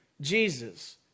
Jesus